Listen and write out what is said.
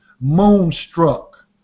moonstruck